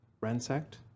ransacked